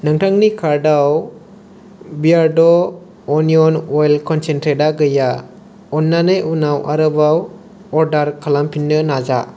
नोंथांनि कार्टआव बियारड' अनिअन अइल कनसेन्ट्रेटआ गैया अन्नानै उनाव आरोबाव अर्डार खालामफिन्नो नाजा